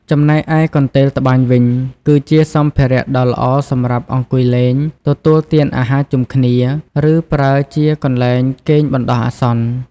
ចំណែកឯកន្ទេលត្បាញវិញ គឺជាសម្ភារៈដ៏ល្អសម្រាប់អង្គុយលេង ទទួលទានអាហារជុំគ្នា ឬប្រើជាកន្លែងគេងបណ្តោះអាសន្ន។